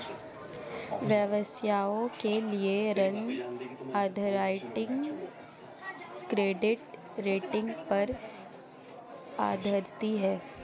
व्यवसायों के लिए ऋण अंडरराइटिंग क्रेडिट रेटिंग पर आधारित है